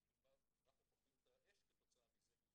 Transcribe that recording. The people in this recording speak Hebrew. אנחנו חוטפים את האש כתוצאה מזה כי